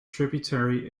tributary